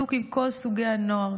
עיסוק עם כל סוגי הנוער,